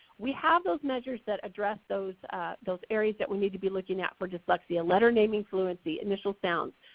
we have those measures that address those those areas that we need to be looking at for dyslexia. letter naming fluency, initial sounds,